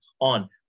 on